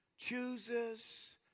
chooses